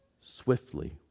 swiftly